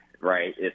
right